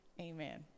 Amen